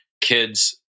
kids